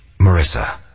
Marissa